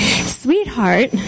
sweetheart